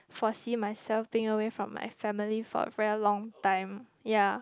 foresee myself think away from my family for a very long time ya